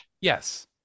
Yes